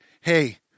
Hey